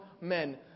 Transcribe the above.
men